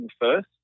first